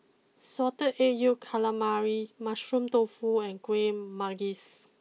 Salted Egg Yolk Calamari Mushroom Tofu and Kueh Manggis